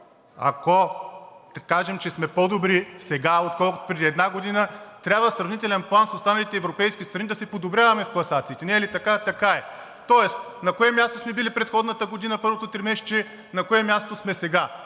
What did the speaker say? Ако кажем, че сме по-добри сега, отколкото преди една година, трябва в сравнителен план с останалите европейски страни да се подобряваме в класациите. Не е ли така? – Така е. Тоест на кое място сме били първото тримесечие на предходната година, на кое място сме сега?